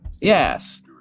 Yes